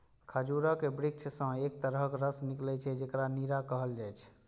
खजूरक वृक्ष सं एक तरहक रस निकलै छै, जेकरा नीरा कहल जाइ छै